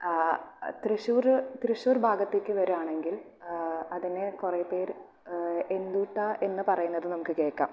തൃശ്ശൂര് തൃശൂർ ഭാഗത്തേക്ക് വരികയാണെങ്കിൽ അതിനെ കുറെ പേർ എന്തൂട്ടാ എന്ന് പറയുന്നത് നമുക്ക് കേൾക്കാം